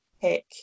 pick